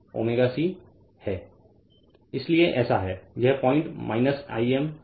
इसीलिए ऐसा है यह पॉइंट I m ω C है